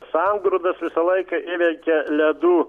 sangrūdas visą laiką įveikia ledų